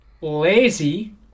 Lazy